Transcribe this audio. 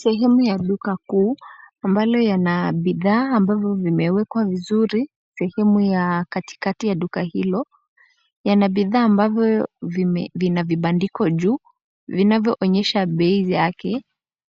Sehemu ya duka kuu, ambalo yana bidhaa ambavyo vimewekwa vizuri. Sehemu ya katikati ya duka hilo, yana bidhaa ambavyo vina vibandiko juu, vinavyoonyesha bei zake,